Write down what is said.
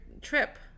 trip